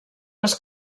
les